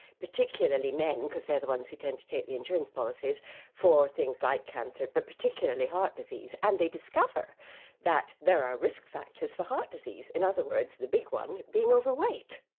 particularly men, because they're the ones who tend to take the insurance policies for things like cancer, but particularly heart disease, and they discover that there are risk factors for heart disease. in other words, the big one being overweight.